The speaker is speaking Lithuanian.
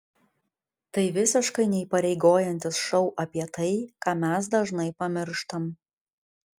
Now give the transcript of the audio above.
tai visiškai neįpareigojantis šou apie tai ką mes dažnai pamirštam